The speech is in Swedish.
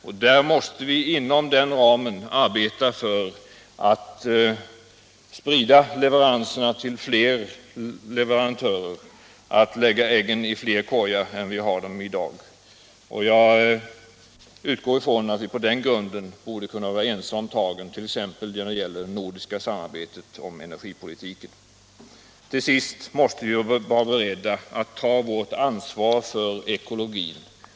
Vi måste inom den ramen arbeta för att sprida leveranserna till fler leverantörer och lägga äggen i fler korgar än vi har i dag. Jag utgår ifrån att vi på den grunden borde kunna vara ense om tagen, t.ex. då det gäller det nordiska samarbetet om energipolitiken. Till sist måste vi vara beredda att ta vårt ansvar för ekologin.